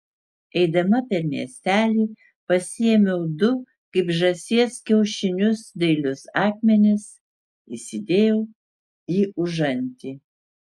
eidama per miestelį pasiėmiau du kaip žąsies kiaušinius dailius akmenis įsidėjau į užantį